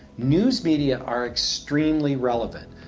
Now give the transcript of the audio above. news media are extremely relevant.